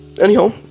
Anyhow